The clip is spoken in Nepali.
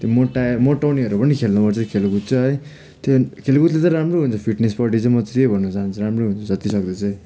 त्यो मोटा मोटाउनेहरू पनि खेल्नुपर्छ खेलकुद चाहिँ है त्यो खेलकुदले त राम्रो हुन्छ फिट्नेसपट्टि चाहिँ म चाहिँ त्यही भन्न चाहन्छु राम्रो हुन्छ जतिसक्दो चाहिँ